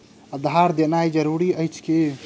आधार देनाय जरूरी अछि की?